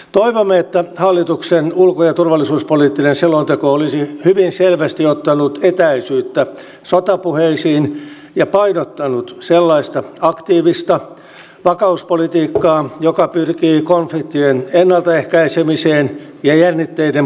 toivomme että hallituksen ulko ja turvallisuuspoliittinen selonteko olisi hyvin selvästi ottanut etäisyyttä sotapuheisiin ja painottanut sellaista aktiivista vakauspolitiikkaa joka pyrkii konfliktien ennaltaehkäisemiseen ja jännitteiden purkamiseen